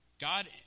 God